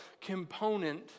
component